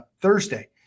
Thursday